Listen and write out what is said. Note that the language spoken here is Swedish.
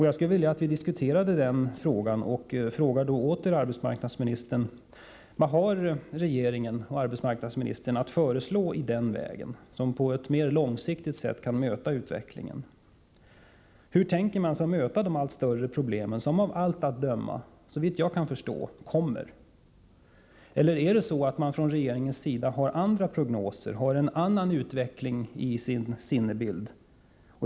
Jag skulle vilja att vi diskuterade detta och frågar därför åter arbetsmarknadsministern: Vad har regeringen och arbetsmarknadsministern att föreslå i den vägen? Vilka åtgärder kan på ett mer långsiktigt sätt möta utvecklingen? Hur tänker regeringen ta sig an de allt större problem som av allt att döma kommer? Eller har regeringen andra prognoser, som ger en annan bild av utvecklingen?